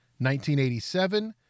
1987